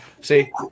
see